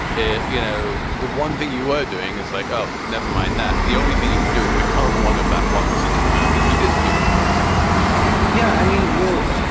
you know, the one thing you are doing is like, oh, never mind that the only thing you can do is become one of that one percent of americans who is politically active yeah, i mean. well,